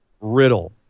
Riddle